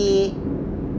really